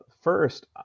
first